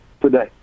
today